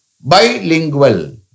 bilingual